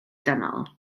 dynol